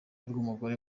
rw’umugore